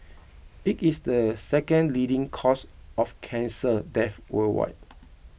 it is the second leading cause of cancer death worldwide